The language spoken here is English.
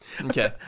Okay